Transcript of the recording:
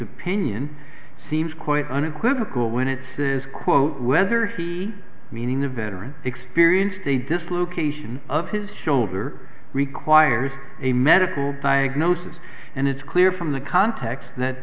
opinion seems quite unequivocal when it says quote whether meaning a veteran experienced a dislocation of his shoulder requires a medical diagnosis and it's clear from the context that